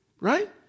Right